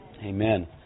Amen